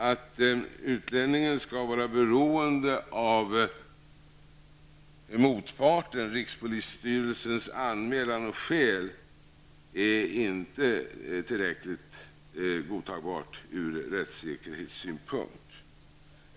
Att utlänningen skall vara beroende av motparten, rikspolisstyrelsens anmälan och skäl, är inte godtagbart från rättssäkerhetssynpunkt.